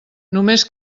només